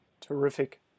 Terrific